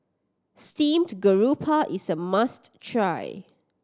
steamed grouper is a must try